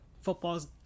Football's